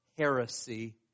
heresy